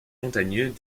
montagneux